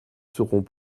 seront